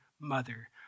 mother